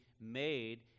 made